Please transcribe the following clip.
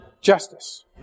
justice